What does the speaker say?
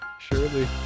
surely